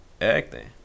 acting